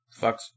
fucks